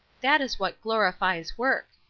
that is what glorifies work.